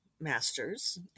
masters